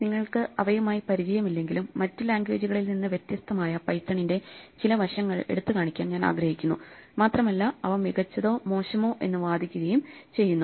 നിങ്ങൾക്ക് അവയുമായി പരിചയമില്ലെങ്കിലും മറ്റ് ലാംഗ്വേജുകളിൽ നിന്ന് വ്യത്യസ്തമായ പൈത്തണിന്റെ ചില വശങ്ങൾ എടുത്തുകാണിക്കാൻ ഞാൻ ആഗ്രഹിക്കുന്നു മാത്രമല്ല അവ മികച്ചതോ മോശമോ എന്ന് വാദിക്കുകയും ചെയ്യുന്നു